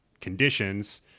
conditions